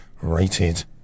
rated